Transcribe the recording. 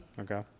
Okay